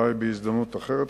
אפשר אולי בהזדמנות אחרת?